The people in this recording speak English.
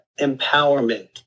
empowerment